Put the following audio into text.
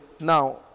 now